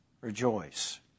Rejoice